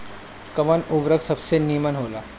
कवन उर्वरक सबसे नीमन होला?